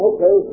Okay